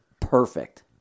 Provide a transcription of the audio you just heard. perfect